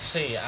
See